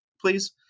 please